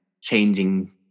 changing